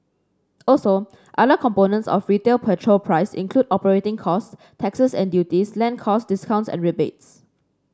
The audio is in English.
also other components of retail petrol price include operating costs taxes and duties land costs discounts and rebates